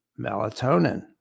melatonin